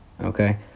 okay